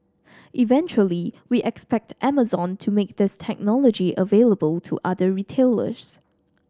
eventually we expect Amazon to make this technology available to other retailers